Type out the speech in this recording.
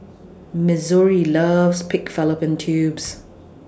Missouri loves Pig Fallopian Tubes